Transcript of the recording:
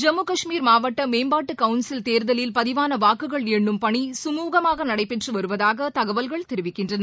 ஜம்முகஷ்மீர் மாவட்ட மேம்பாட்டு கவுன்சில் தேர்தலில் பதிவான வாக்குகள் எண்ணும் பணி கமுகமாக நடைபெற்று வருவதாக தகவல்கள் தெரிவிக்கின்றன